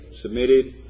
submitted